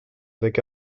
avec